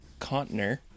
Contner